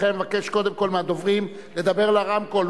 לכן אני אבקש קודם כול מהדוברים לדבר לרמקול,